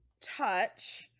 touch